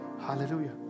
Hallelujah